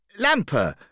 Lamper